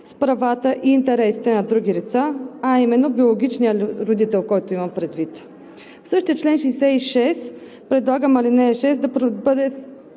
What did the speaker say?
с правата и интересите на други лица, а именно биологичният родител, когото имам предвид. В същия чл. 66, предлагам в ал. 6 да бъде